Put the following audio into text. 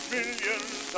Millions